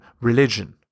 religion